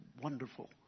wonderful